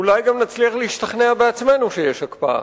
אולי גם נצליח להשתכנע בעצמנו שיש הקפאה.